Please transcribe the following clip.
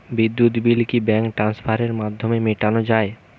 বিদ্যুৎ বিল কি ব্যাঙ্ক ট্রান্সফারের মাধ্যমে মেটানো য়ায়?